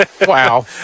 wow